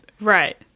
Right